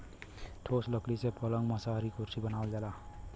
ठोस लकड़ी से पलंग मसहरी कुरसी बनावल जाला